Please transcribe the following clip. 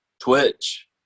Twitch